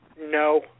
No